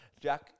jack